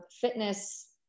fitness